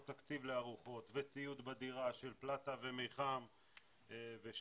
או תקציב לארוחות וציוד בדירה של פלטה ומיחם ושתי